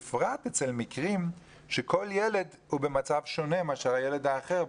בפרט במקרים שכל ילד הוא במצב שונה מהילד האחר.